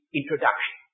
introduction